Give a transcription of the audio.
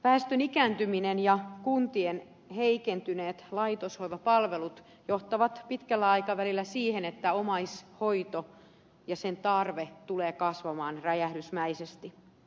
väestön ikääntyminen ja kuntien heikentyneet laitoshoivapalvelut johtavat pitkällä aikavälillä siihen että omaishoito ja sen tarve tulee kasvamaan räjähdysmäisesti